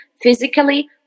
physically